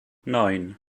nein